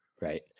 Right